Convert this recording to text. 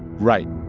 right